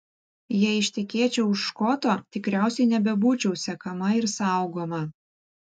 jei ištekėčiau už škoto tikriausiai nebebūčiau sekama ir saugoma